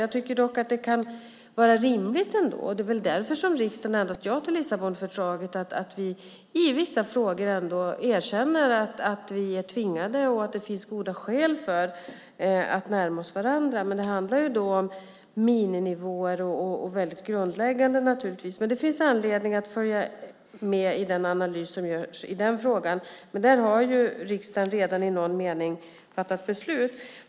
Jag tycker dock att det kan vara rimligt - det är väl därför som riksdagen har sagt ja till Lissabonfördraget - att vi i vissa frågor erkänner att vi är tvingade och att det finns goda skäl att vi närmar oss varandra. Det handlar då om mininivåer. Det finns anledning att följa med i den analys som görs i den frågan. Där har riksdagen redan i någon mening fattat beslut.